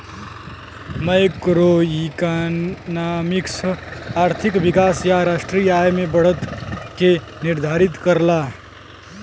macroeconomics आर्थिक विकास या राष्ट्रीय आय में बढ़त के निर्धारित करला